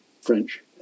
French